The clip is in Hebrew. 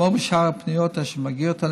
כמו בשאר הפניות אשר מגיעות אלינו,